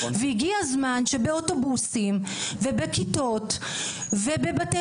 והגיע הזמן שבאוטובוסים ובכיתות ובבתי